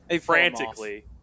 frantically